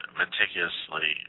meticulously